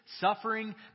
suffering